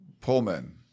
Pullman